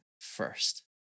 first